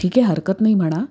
ठीक आहे हरकत नाही म्हणा